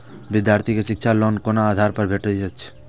विधार्थी के शिक्षा लोन कोन आधार पर भेटेत अछि?